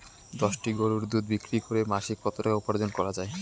দশটি গরুর দুধ বিক্রি করে মাসিক কত টাকা উপার্জন করা য়ায়?